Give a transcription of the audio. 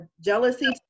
jealousy